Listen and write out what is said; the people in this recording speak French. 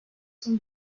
sont